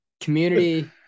Community